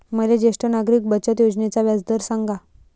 मले ज्येष्ठ नागरिक बचत योजनेचा व्याजदर सांगा